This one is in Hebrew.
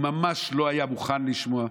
הוא ממש לא היה מוכן לשמוע.